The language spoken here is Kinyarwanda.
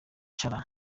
cara